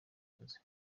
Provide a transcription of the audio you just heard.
akuze